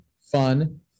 fun